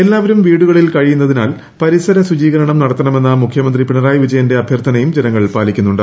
എല്ലാവരും വീടുകളിൽ കഴിയുന്നതിനാൽ പരിസര ശുചീകരണം നടത്തണമെന്ന മുഖ്യമന്ത്രി പിണറായി വിജയന്റെ അഭ്യർഥനയും ജനങ്ങൾ പാലിക്കുന്നുണ്ട്